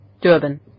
Durban